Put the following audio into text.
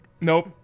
Nope